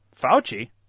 Fauci